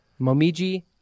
momiji